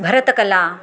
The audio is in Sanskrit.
भरतकला